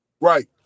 Right